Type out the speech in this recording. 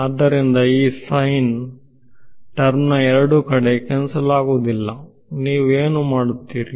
ಆದ್ದರಿಂದ ಆ sine term ಎರಡೂ ಕಡೆ ಕ್ಯಾನ್ಸಲ್ ಆಗುವುದಿಲ್ಲನೀವು ಏನು ಮಾಡುತ್ತೀರಿ